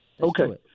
Okay